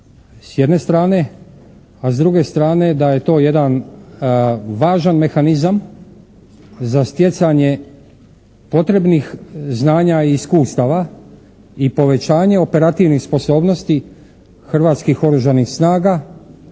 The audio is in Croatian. s jedne strane, a s druge strane da je to jedan važan mehanizam za stjecanje potrebnih znanja i iskustava i povećanje operativnih sposobnosti Hrvatskih oružanih snaga